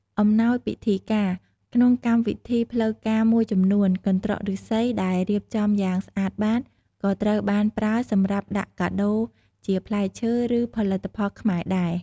អំណោយពិធីការ ក្នុងកម្មវិធីផ្លូវការមួយចំនួន កន្ត្រកឫស្សីដែលរៀបចំយ៉ាងស្អាតបាត ក៏ត្រូវបានប្រើសម្រាប់ដាក់កាដូរជាផ្លែឈើ ឬផលិតផលខ្មែរដែរ។